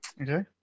Okay